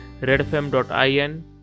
redfm.in